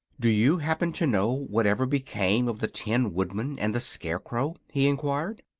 do you happen to know whatever became of the tin woodman and the scarecrow? he enquired.